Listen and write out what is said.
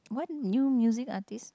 what new music artiste